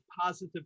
positive